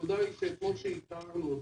הנקודה היא שכמו שאיתרנו אותם,